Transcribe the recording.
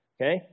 Okay